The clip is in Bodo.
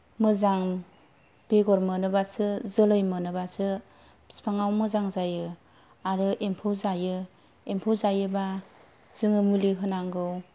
मोजां बेगर मोनोब्लासो जोलै मोनोब्लासो बिफाङाव मोजां जायो आरो एम्फौ जायो एम्फौ जायोबा जोङो मुलि होनांगौ